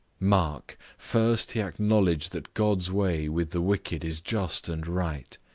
mark, first he acknowledgeth that god's way with the wicked is just and right,